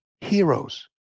heroes